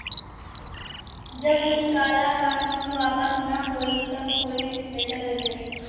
जब इ काला कानून वापस न होई सब कोई डटल रही